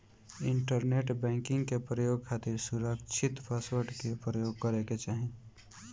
internet banking के प्रयोग खातिर सुरकछित पासवर्ड के परयोग करे के चाही